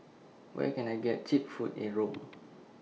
Where Can I get Cheap Food in Rome